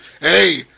Hey